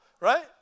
right